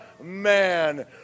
man